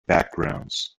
backgrounds